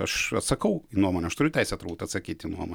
aš atsakau į nuomonę aš turiu teisę turbūt atsakyti nuomo